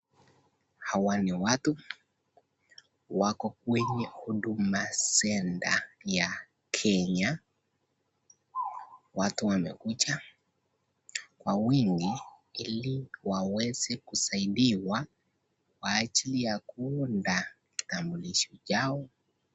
Hawa ni watu wako kwenye Huduma Centre ya Kenya. Watu wamekuja kwa wingi ili waweze kusaidiwa kwa ajili ya kuunda kitambulisho yao.